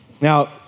Now